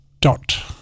dot